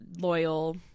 loyal